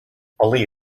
ali